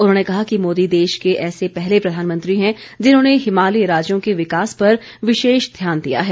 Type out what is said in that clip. उन्होंने कहा कि मोदी देश के ऐसे पहले प्रधानमंत्री हैं जिन्होंने हिमालयी राज्यों के विकास पर विशेष ध्यान दिया है